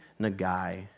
Nagai